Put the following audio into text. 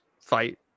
fight